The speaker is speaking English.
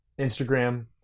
Instagram